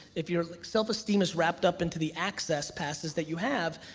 if your like self-esteem is wrapped up into the access passes that you have,